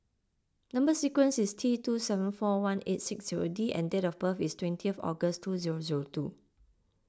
Number Sequence is T two seven four one eight six zero D and date of birth is twentieth August two zero zero two